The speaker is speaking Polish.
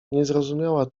niezrozumiała